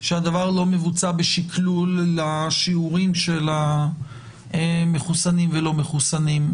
שהדבר לא מבוצע בשקלול לשיעורים של המחוסנים והלא מחוסנים.